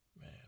man